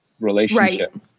relationship